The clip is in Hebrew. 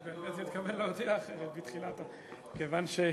מפתיע בתשובה פרו-פלסטינית.